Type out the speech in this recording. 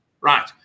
Right